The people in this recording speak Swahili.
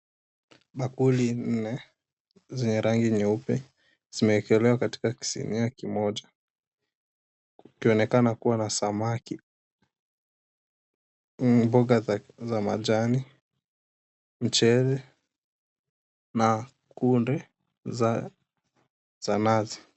Bakuli nne zenye rangi nyeupe zimeekelewa katika kisinia kimoja. Kukionekana kuwa na samaki, mboga za majani, mchele, na kunde za nazi.